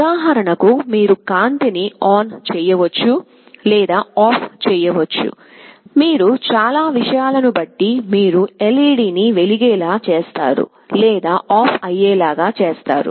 ఉదాహరణకు మీరు కాంతి ని ఆన్ చేయవచ్చు లేదా ఆఫ్ చేయవచ్చు మీరు చాలా విషయాలను బట్టి మీరు LED ని వెలిగేలా చేస్తారు లేదా ఆఫ్ అయ్యేలాగా చేస్తారు